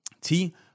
T-